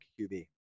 QB